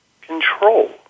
control